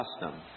custom